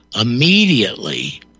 immediately